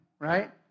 right